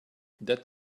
that